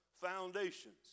foundations